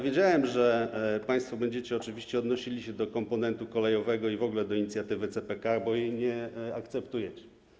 Wiedziałem, że państwo będziecie oczywiście odnosili się do komponentu kolejowego i w ogóle do inicjatywy CPK, bo jej nie akceptujecie.